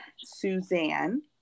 Suzanne